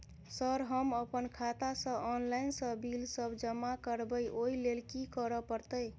Sir हम अप्पन खाता सऽ ऑनलाइन सऽ बिल सब जमा करबैई ओई लैल की करऽ परतै?